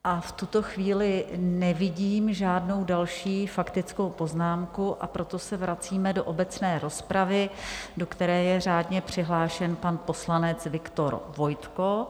V tuto chvíli nevidím žádnou další faktickou poznámku, proto se vracíme do obecné rozpravy, do které je řádně přihlášen pan poslanec Viktor Vojtko.